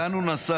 לאן הוא נסע?